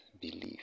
belief